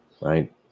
right